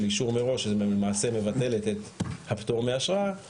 של אישור מראש שזה למעשה מבטל את הפטור מאשרה,